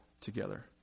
together